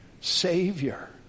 Savior